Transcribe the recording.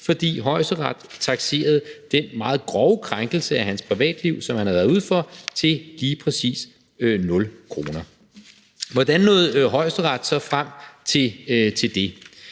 fordi Højesteret takserede den meget grove krænkelse af hans privatliv, som han havde været ude for, til lige præcis 0 kr. Hvordan nåede Højesteret så frem til det?